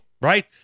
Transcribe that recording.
Right